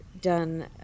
done